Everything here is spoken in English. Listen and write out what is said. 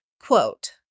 Quote